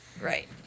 Right